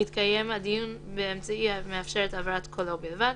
יתקיים הדיון באמצעי המאפשר את העברת קולו בלבד,